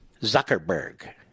Zuckerberg